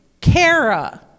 kara